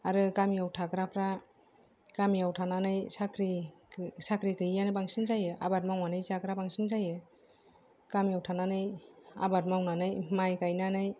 आरो गामियाव थाग्राफ्रा गामियाव थानानै साख्रि साख्रि गैयैआनो बांसिन जायो आबाद मावनानै जाग्रा बांसिन जायो गामियाव थानानै आबाद मावनानै माय गायनानै